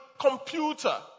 computer